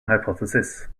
hypothesis